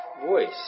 voice